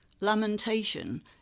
lamentation